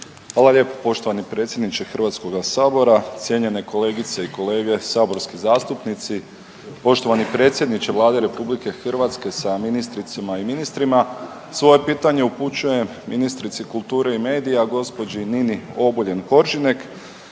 Hvala lijepo poštovani predsjedniče HS-a. Cijenjene kolegice i kolege saborski zastupnici, poštovani predsjedniče Vlade RH sa ministricama i ministrima. Svoje pitanje upućujem ministrici kulture i medija gospođi Nini Obuljen Koržinek.